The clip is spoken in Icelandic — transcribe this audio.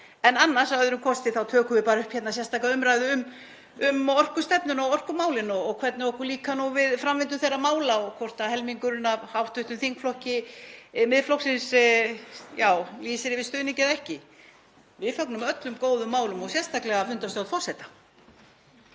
forseta. Að öðrum kosti tökum við bara upp sérstaka umræðu um orkustefnu og orkumálin og hvernig okkur líkar við framvindu þeirra mála og hvort helmingurinn af hv. þingflokki Miðflokksins lýsir yfir stuðningi eða ekki. Við fögnum öllum góðum málum, sérstaklega fundarstjórn forseta.